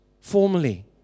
formally